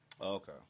Okay